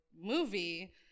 movie